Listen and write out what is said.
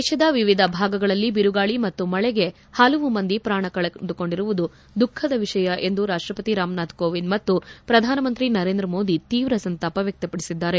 ದೇಶದ ವಿವಿಧ ಭಾಗಗಳಲ್ಲಿ ಬಿರುಗಾಳಿ ಮತ್ತು ಮಳೆಗೆ ಪಲವು ಮಂದಿ ಪ್ರಾಣ ಕಳೆದುಕೊಂಡಿರುವುದು ದುಃಖದ ವಿಷಯ ಎಂದು ರಾಷ್ಷಪತಿ ರಾಮನಾಥ್ ಕೋವಿಂದ್ ಮತ್ತು ಪ್ರಧಾನಮಂತ್ರಿ ನರೇಂದ್ರ ಮೋದಿ ತೀವ್ರ ಸಂತಾಪ ವ್ಯಕ್ತಪಡಿಸಿದ್ದಾರೆ